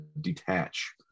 detach